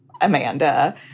Amanda